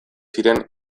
ziren